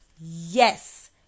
Yes